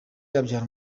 abyara